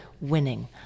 winning